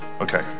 Okay